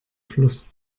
fluss